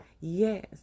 Yes